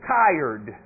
tired